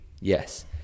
Yes